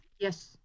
yes